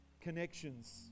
connections